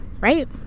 right